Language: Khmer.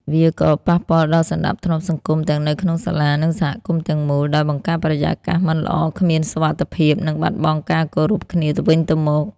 វាក៏ ប៉ះពាល់ដល់សណ្តាប់ធ្នាប់សង្គម ទាំងនៅក្នុងសាលា និងសហគមន៍ទាំងមូល ដោយបង្កើតបរិយាកាសមិនល្អ គ្មានសុវត្ថិភាព និងបាត់បង់ការគោរពគ្នាទៅវិញទៅមក។